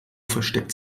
versteckt